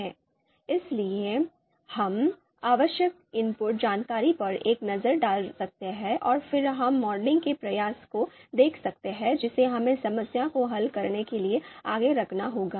इसलिए हम आवश्यक इनपुट जानकारी पर एक नज़र डाल सकते हैं और फिर हम मॉडलिंग के प्रयास को देख सकते हैं जिसे हमें समस्या को हल करने के लिए आगे रखना होगा